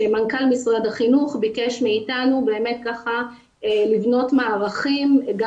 שמנכ"ל משרד החינוך ביקש מאיתנו לבנות מערכים גם